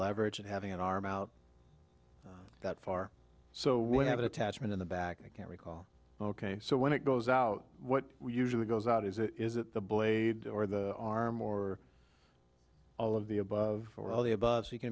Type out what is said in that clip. leverage and having an arm out that far so we have an attachment in the back i can't recall ok so when it goes out what usually goes out is it is it the blade or the arm or all of the above or all the above so you can